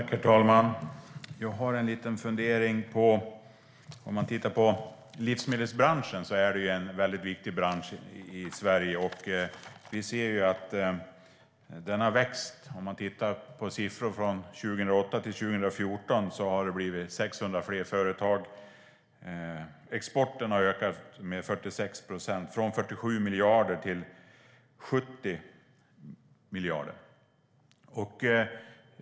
Herr talman! Jag har en liten fundering. Livsmedelsbranschen är en väldigt viktig bransch i Sverige. Om man tittar på siffror för branschen från 2008 till 2014 har det blivit 600 fler företag. Exporten har ökat med 46 procent, från 47 miljarder till 70 miljarder.